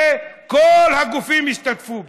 שכל הגופים השתתפו בו,